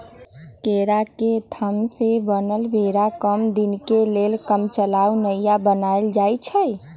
केरा के थम से बनल बेरा कम दीनके लेल कामचलाउ नइया बनाएल जाइछइ